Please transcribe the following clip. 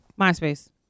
MySpace